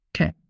okay